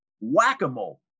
Whack-a-mole